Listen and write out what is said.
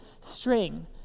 string